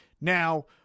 Now